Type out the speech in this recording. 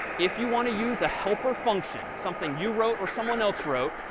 if you want to use a helper function, something you wrote or someone else wrote,